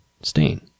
stain